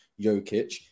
Jokic